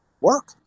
work